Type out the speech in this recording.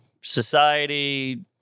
society